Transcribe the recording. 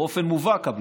באופן מובהק,